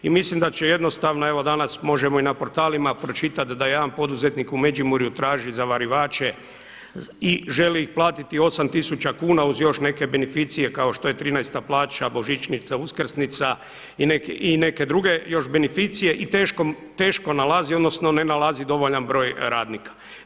I mislim da će jednostavno evo danas možemo i na portalima pročitati da jedan poduzetnik u Međimurju traži zavarivače i želi ih platiti 8 tisuća kuna uz još neke beneficije kao što je 13-ta plaća, božićnica, uskrsnica i neke druge još beneficije i teško nalazi odnosno ne nalazi dovoljan broj radnika.